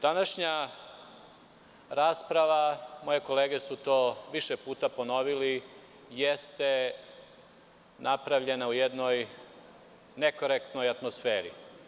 Današnja rasprava, moje kolege su to više puta ponovile, jeste napravljena u jednoj nekorektnoj atmosferi.